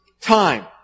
time